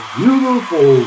beautiful